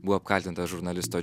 buvo apkaltintas žurnalisto